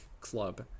club